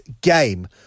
game